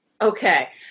Okay